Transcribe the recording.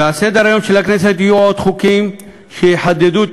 ועל סדר-היום של הכנסת יהיו עוד חוקים שיחדדו את